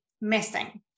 missing